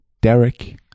Derek